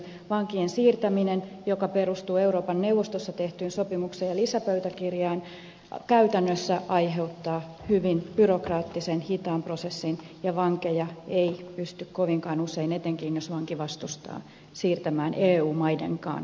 vankien siirtäminen joka perustuu euroopan neuvostossa tehtyyn sopimukseen ja lisäpöytäkirjaan käytännössä aiheuttaa hyvin byrokraattisen hitaan prosessin ja vankeja ei pysty kovinkaan usein etenkin jos vanki vastustaa siirtämään eu maidenkaan sisällä